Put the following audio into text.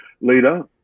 leader